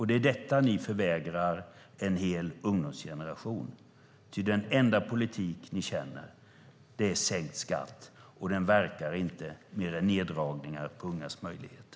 Det är detta ni förvägrar en hel ungdomsgeneration, ty den enda politik ni känner är sänkt skatt, och den verkar inte mer än som neddragningar på ungas möjligheter.